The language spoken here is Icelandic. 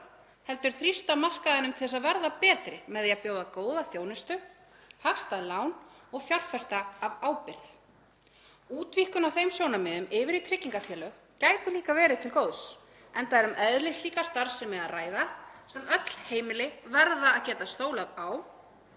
heldur þrýsta markaðinum til að verða betri með því að bjóða góða þjónustu, hagstæð lán og fjárfesta af ábyrgð. Útvíkkun á þeim sjónarmiðum yfir í tryggingafélög gæti líka verið til góðs enda er um eðlislíka starfsemi að ræða sem öll heimili verða að geta stólað á